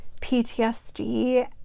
PTSD